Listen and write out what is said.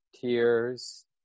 tears